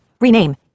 Rename